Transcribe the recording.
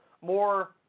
more